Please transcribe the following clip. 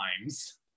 times